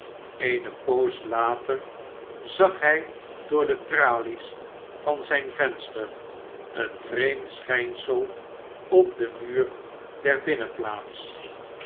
eene poos later zag hij door de tralien van zijn venster een vreemd schijnsel op den muur